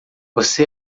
você